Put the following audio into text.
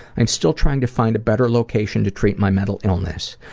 i'm still trying to find a better location to treat my mental illness.